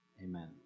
Amen